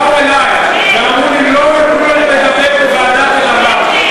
הם באו אלי ואמרו לי: לא נתנו לדבר בוועדת אלהרר.